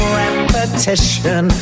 repetition